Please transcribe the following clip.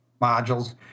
modules